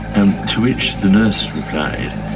and to which the nurse replied,